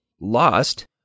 lost